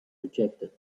rejected